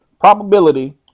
probability